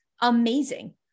amazing